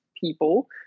people